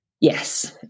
yes